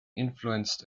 influenced